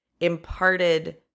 imparted